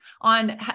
On